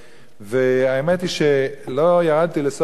האמת היא, לא ירדתי לסוף דעתם,